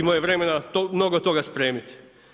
Imao je vremena mnogo toga spremit.